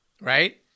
right